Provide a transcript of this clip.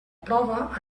prova